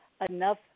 enough